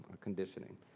conditioning